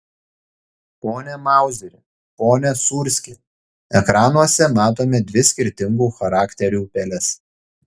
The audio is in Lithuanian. pone mauzeri pone sūrski ekranuose matome dvi skirtingų charakterių peles